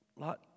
Lot